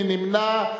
מי נמנע?